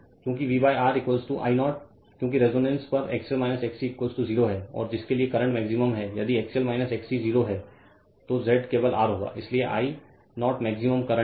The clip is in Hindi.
चूँकि V R I 0 क्योंकि रेजोनेंस पर XL XC 0 है और जिसके लिए करंट मैक्सिमम है यदि XL XC 0 है तो Z केवल R होगा इसलिए I 0 मैक्सिमम करंट है